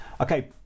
Okay